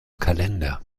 kalender